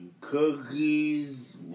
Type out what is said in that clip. cookies